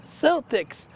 Celtics